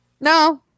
No